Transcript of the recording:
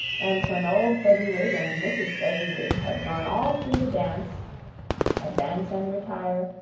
and when old fezziwig and mrs. fezziwig had gone all through the dance advance and retire,